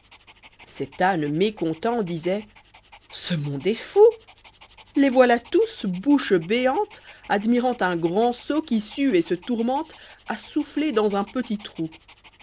cet âne mécontent disoit ce monde est fou les voilà tous bouche béante admirant un grand sot qui sue et se tourmente a souffler dans un petit trou